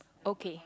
okay